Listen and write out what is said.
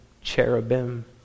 cherubim